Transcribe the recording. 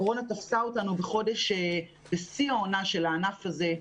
הקורונה תפסה אותנו בשיא העונה של הענף הזה,